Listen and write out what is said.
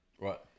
Right